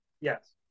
yes